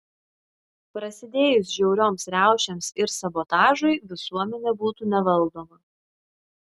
prasidėjus žiaurioms riaušėms ir sabotažui visuomenė būtų nevaldoma